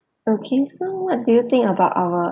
okay so what do you think about our